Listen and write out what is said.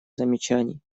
замечаний